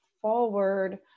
forward